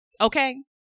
okay